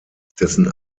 dessen